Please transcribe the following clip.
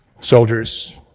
Soldiers